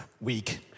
week